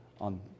on